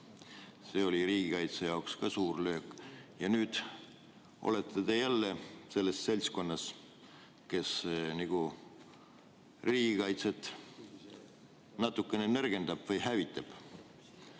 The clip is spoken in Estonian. See oli riigikaitse jaoks ka suur löök. Nüüd olete te jälle selles seltskonnas, kes riigikaitset nagu natukene nõrgendab või hävitab.